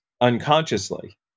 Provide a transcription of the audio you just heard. unconsciously